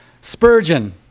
Spurgeon